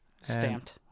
Stamped